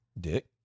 Dick